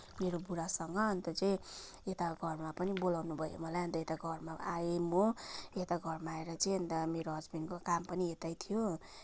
मेरो बुढासँग अन्त चाहिँ यता घरमा पनि बोलाउनु भयो मलाई अनि यताको घरमा आएँ म यताको घरमा आएर चाहिँ अन्त मेरो हस्बेन्डको काम पनि यतै थियो